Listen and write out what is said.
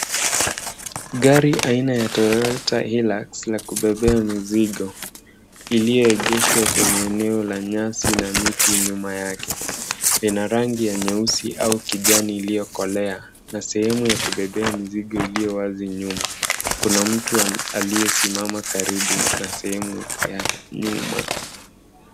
Gari aina ya Toyota Hilux ya kubebea mizigo ilioegeshwa kwenye eneo la nyasi na miti nyuma yake ina rangi ya nyeusi au kijani iliokolea na sehemu ya kubebea mizigo ilio wazi nyuma. Kuna mtu aliyesimama karibu na sehemu ya nyuma.